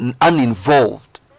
uninvolved